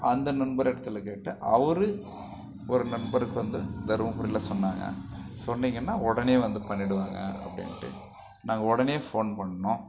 அந்த நண்பர் இடத்துல கேட்டு அவரு ஒரு நண்பருக்கு வந்து தருமபுரியில் சொன்னாங்க சொன்னிங்கன்னால் உடனே வந்து பண்ணிவிடுவாங்க அப்படின்ட்டு நாங்கள் உடனே ஃபோன் பண்ணிணோம்